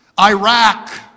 Iraq